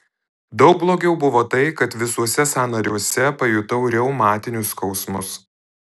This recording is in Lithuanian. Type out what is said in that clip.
daug blogiau buvo tai kad visuose sąnariuose pajutau reumatinius skausmus